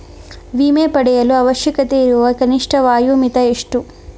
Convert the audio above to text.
ವಿಮೆ ಪಡೆಯಲು ಅವಶ್ಯಕತೆಯಿರುವ ಕನಿಷ್ಠ ವಯೋಮಿತಿ ಎಷ್ಟು?